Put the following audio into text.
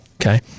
Okay